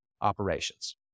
operations